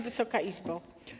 Wysoka Izbo!